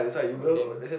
all of them